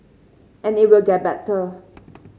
and it will get better